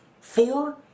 Four